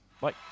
Bye